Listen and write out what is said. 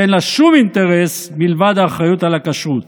שאין לה שום אינטרס מלבד האחריות על הכשרות,